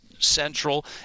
central